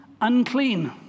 unclean